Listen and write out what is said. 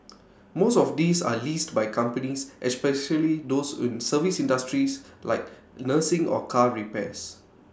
most of these are leased by companies especially those in service industries like nursing or car repairs